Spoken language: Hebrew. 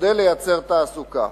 כדי לייצר תעסוקה.